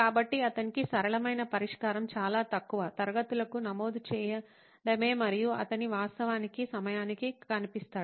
కాబట్టి అతనికి సరళమైన పరిష్కారం చాలా తక్కువ తరగతులకు నమోదు చేయడమే మరియు అతను వాస్తవానికి సమయానికి కనిపిస్తాడు